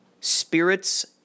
Spirits